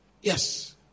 Yes